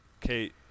Kate